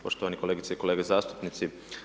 Poštovane kolegice i kolege zastupnici.